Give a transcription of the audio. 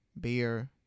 beer